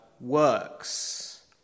works